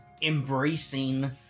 embracing